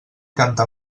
canta